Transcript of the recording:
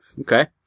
Okay